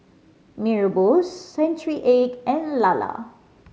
Mee Rebus century egg and lala